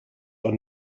are